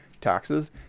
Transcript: taxes